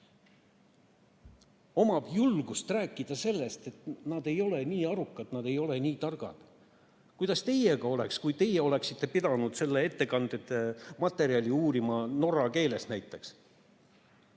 veel julgust rääkida sellest, et nad ei ole nii arukad, nad ei ole nii targad. Kuidas teiega oleks, kui teie oleksite pidanud selle ettekande materjali uurima näiteks